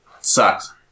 Sucks